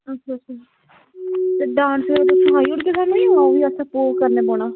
अच्छा अच्छा ते डांस सखाई ओड़दे असेंगी जां ओह्बी आपूं करना पौना